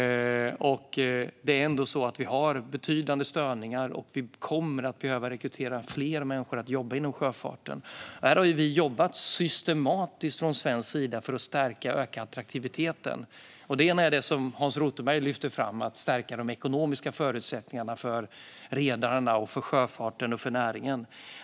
Det är ändå så att vi har betydande störningar, och vi kommer att behöva rekrytera fler människor till att jobba inom sjöfarten. Från svensk sida har vi jobbat systematiskt för att öka attraktiviteten. Som Hans Rothenberg lyfte fram gäller det att stärka de ekonomiska förutsättningarna för redarna, sjöfarten och näringen.